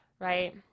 Right